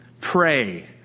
pray